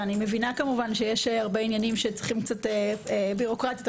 אני מבינה שיש עניינים רבים בירוקרטיים,